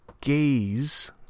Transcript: gaze